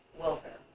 Welfare